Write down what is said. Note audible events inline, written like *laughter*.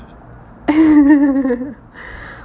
*laughs*